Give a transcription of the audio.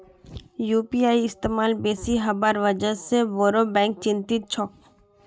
UPI इस्तमाल बेसी हबार वजह से बोरो बैंक चिंतित छोक